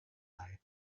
why